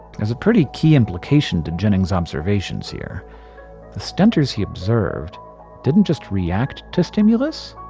there's a pretty key implication to jennings' observations here the stentors he observed didn't just react to stimulus,